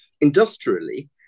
Industrially